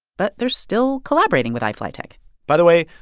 but they're still collaborating with iflytek by the way,